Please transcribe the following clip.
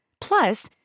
Plus